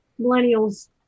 millennials